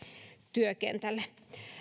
työkentälle